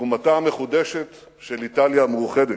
תקומתה המחודשת של איטליה המאוחדת,